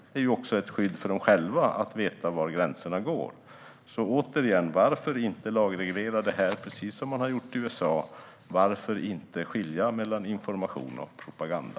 Det är också ett skydd för dem själva att veta var gränserna går. Varför inte lagreglera det här precis som man har gjort i USA? Varför inte skilja mellan information och propaganda?